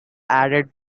added